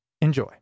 Enjoy